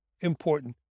important